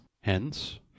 Hence